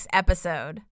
episode